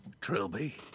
Trilby